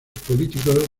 políticos